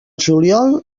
juliol